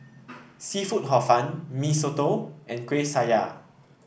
seafood Hor Fun Mee Soto and Kueh Syara